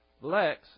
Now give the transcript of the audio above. lex